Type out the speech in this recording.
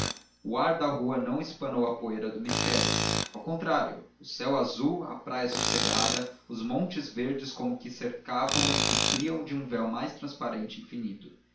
o ar da rua não espanou a poeira do mistério ao contrário o céu azul a praia sossegada os montes verdes como que o cercavam e cobriam de um véu mais transparente e infinito